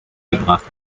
gebracht